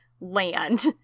land